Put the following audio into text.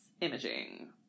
Imaging